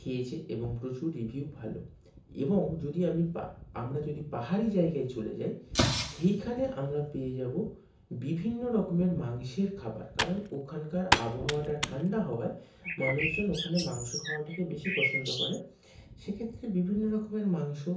খেয়েছে এবং প্রচুর রিভিউ ভালো এবং যদি আপনি পা আমরা যদি পাহাড়ি জায়গায় চলে যাই সেইখানে আমরা পেয়ে যাবো বিভিন্ন রকমের মাংসের খাবার কারণ ওখানকার আবহাওয়াটা ঠান্ডা হওয়ায় মানুষজন ওখানে মাংস খাওয়াটাকে বেশি পছন্দ করে সে ক্ষেত্রে বিভিন্ন রকমের মাংস